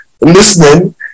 listening